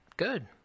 Good